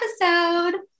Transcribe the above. episode